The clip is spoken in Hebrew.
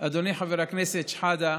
אדוני חבר הכנסת שחאדה,